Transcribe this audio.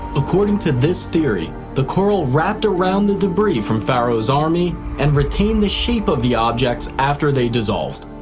according to this theory, the coral wrapped around the debris from pharaoh's army and retained the shape of the objects after they dissolved.